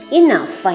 enough